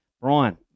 Brian